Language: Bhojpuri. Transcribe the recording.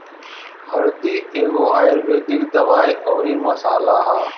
हरदी एगो आयुर्वेदिक दवाई अउरी मसाला हअ